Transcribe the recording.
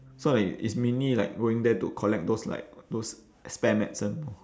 so it it's mainly like going there to collect those like those spare medicine